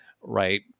Right